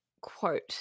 quote